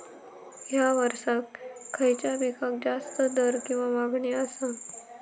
हया वर्सात खइच्या पिकाक जास्त दर किंवा मागणी आसा?